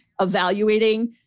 evaluating